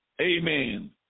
Amen